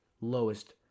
lowest